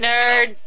Nerd